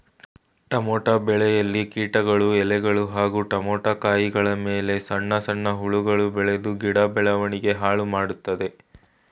tomato ಬೆಳೆಯಲ್ಲಿ ಕೀಟಗಳು ಎಲೆಗಳು ಹಾಗೂ ಟಮೋಟ ಕಾಯಿಗಳಮೇಲೆ ಸಣ್ಣ ಸಣ್ಣ ಹುಳಗಳು ಬೆಳ್ದು ಗಿಡದ ಬೆಳವಣಿಗೆ ಹಾಳುಮಾಡ್ತದೆ